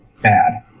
bad